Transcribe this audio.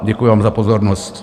Děkuji vám za pozornost.